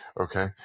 okay